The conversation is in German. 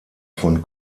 von